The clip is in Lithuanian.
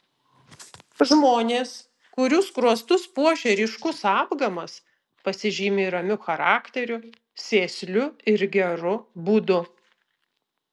žmonės kurių skruostus puošia ryškus apgamas pasižymi ramiu charakteriu sėsliu ir geru būdu